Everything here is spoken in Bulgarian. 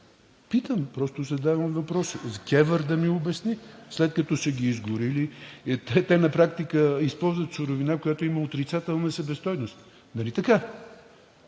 Питам, просто задавам въпроса. КЕВР да ми обясни. След като са ги изгорили, те на практика използват суровина, която има отрицателна себестойност, нали така?